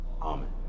Amen